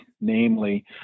namely